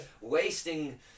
wasting